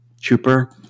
trooper